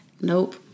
Nope